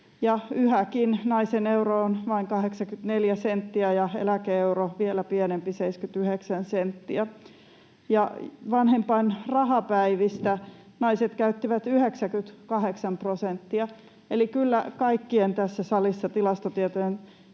yhäkin naisen euro on vain 84 senttiä ja eläke-euro vielä pienempi, 79 senttiä. Vanhempainrahapäivistä naiset käyttivät 98 prosenttia. Eli kyllä tilastotietojen